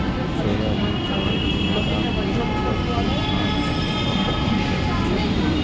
सोया दूध, चावल दूध, बादाम दूध, ओट्स दूध गाछ सं पाओल जाए छै